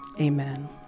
amen